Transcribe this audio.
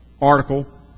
article